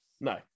no